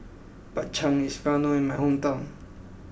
Bak Chang is well known in my hometown